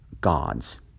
gods